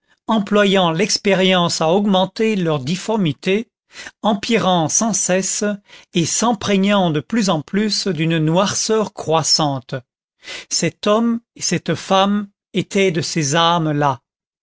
employant l'expérience à augmenter leur difformité empirant sans cesse et s'empreignant de plus en plus d'une noirceur croissante cet homme et cette femme étaient de ces âmes là